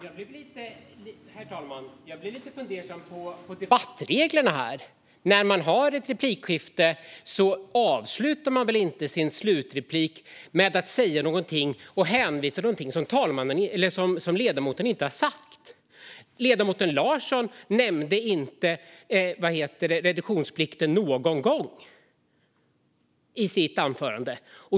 Herr talman! Jag blev lite fundersam över debattreglerna. När man har ett replikskifte avslutar man väl inte sin slutreplik med att hänvisa till något som ledamoten inte har sagt? Ledamoten Larsson nämnde inte reduktionsplikten någon gång i sitt anförande.